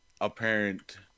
apparent